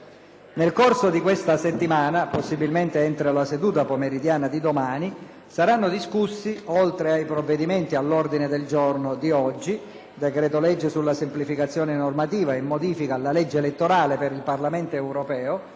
Nel corso di questa settimana - possibilmente entro la seduta pomeridiana di domani - saranno discussi, oltre ai provvedimenti all'ordine del giorno di oggi (decreto-legge sulla semplificazione normativa e modifica alla legge elettorale per il Parlamento europeo),